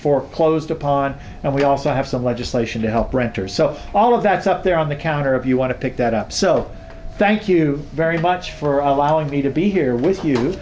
foreclosed upon and we also have some legislation to help renters so all of that's up there on the counter if you want to pick that up so thank you very much for allowing me to be here with you